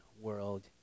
world